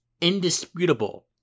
indisputable